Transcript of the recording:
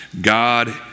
God